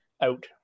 out